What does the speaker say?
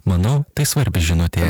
manau tai svarbi žinutė